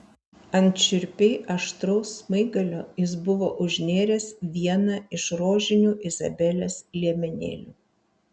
ant šiurpiai aštraus smaigalio jis buvo užnėręs vieną iš rožinių izabelės liemenėlių